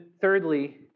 thirdly